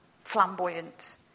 flamboyant